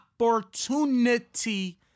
opportunity